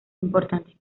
importantes